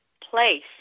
place